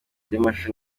ry’amashusho